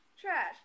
trash